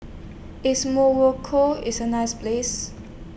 IS Morocco IS A nice Place